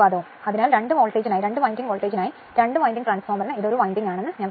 അതിനാൽ രണ്ട് വൈൻഡിങ് വോൾട്ടേജിനായി രണ്ട് വൈൻഡിങ് ട്രാൻസ്ഫോർമറിന് ഇത് ഒരു വൈൻഡിങ് ആണെന്ന് ഞാൻ പറഞ്ഞു